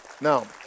Now